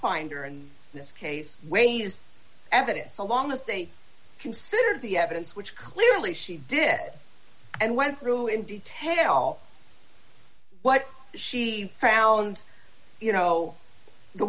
finder in this case wait is evidence so long as they considered the evidence which clearly she did and went through in detail what she found you know the